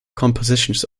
compositions